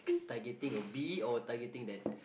targeting a bee or targeting that